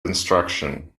instruction